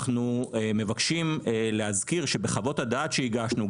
אנחנו מבקשים להזכיר שבחוות הדעת שהגשנו,